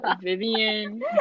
Vivian